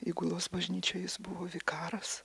įgulos bažnyčioje jis buvo vikaras